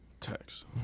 Text